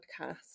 podcast